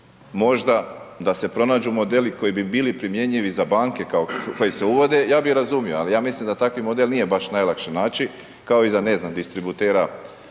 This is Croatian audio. Možda da se pronađu modeli koji bi bili primjenjivi za banke, koje se uvode, ja bi razumio, ali ja mislim da takav model nije baš najlakše naći, ako i za ne znam, distributera